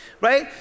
right